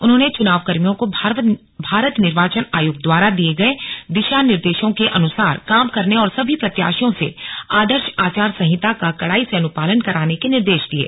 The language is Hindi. उन्होंने चुनावकर्मियों को भारत निर्वाचन आयोग द्वारा दिये गये दिशा निर्देशों के अनुसार काम करने और सभी प्रत्याशियों से आदर्श आचार संहिता का कड़ाई से अनुपालन कराने के निर्देश दिये